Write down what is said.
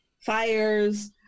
fires